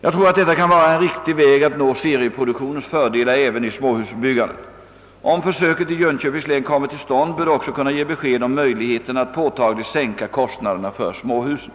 Jag tror att detta kan vara en riktig väg att nå serieproduktionens fördelar även i småhusbyggandet. Om försöket i Jönköpings län kommer till stånd bör det också kunna ge besked om möjligheterna att påtagligt sänka kostnaderna för småhusen.